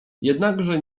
jednakże